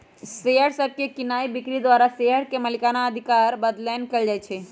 share सभके कीनाइ बिक्री द्वारा शेयर के मलिकना अधिकार बदलैंन कएल जाइ छइ